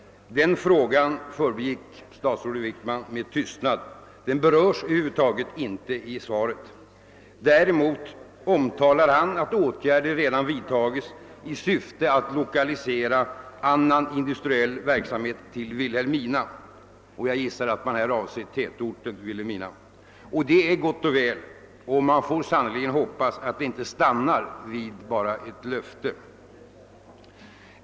Denna fråga förbigick statsrådet Wickman med tystnad. Den berörs över huvud taget inte i svaret. Däremot omtalar han att åtgärder redan vidtagits i syfte att lokalisera annan industriell verksamhet till Vilhelmina, och jag gissar att man i detta sammanhang avser tätorten Vilhelmina. Det är gott och väl. Man får sannerligen hoppas att det inte stannar vid bara ett löfte.